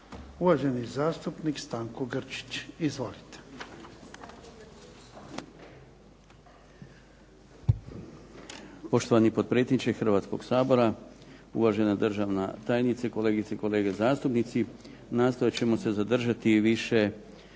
uvaženi zastupnik Stanko Grčić. Izvolite. **Grčić, Stanko (HSS)** Poštovani potpredsjedniče Hrvatskog sabora, uvažena državna tajnice, kolegice i kolege zastupnici. Nastojat ćemo se zadržati više